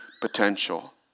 potential